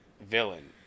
villain